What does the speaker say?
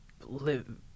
live